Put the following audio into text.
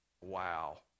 Wow